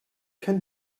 can